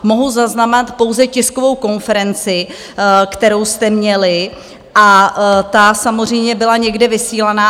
Mohu zaznamenat pouze tiskovou konferenci, kterou jste měli, a ta samozřejmě byla někde vysílána.